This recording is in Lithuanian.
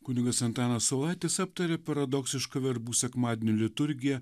kunigas antanas saulaitis aptarė paradoksišką verbų sekmadienio liturgiją